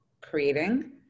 creating